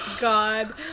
god